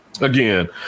again